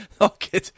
Okay